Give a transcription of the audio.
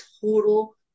total